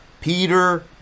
Peter